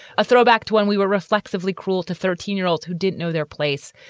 a throwback to when we were reflexively cruel to thirteen year olds who didn't know their place.